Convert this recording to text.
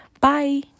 bye